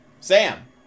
Sam